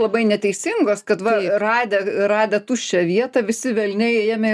labai neteisingos kad va radę radę tuščią vietą visi velniai ėmė